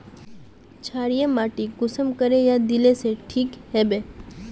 क्षारीय माटी कुंसम करे या दिले से ठीक हैबे?